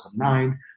2009